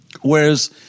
Whereas